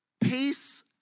peace